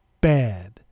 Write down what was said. bad